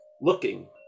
looking